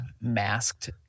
masked